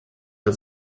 der